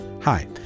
Hi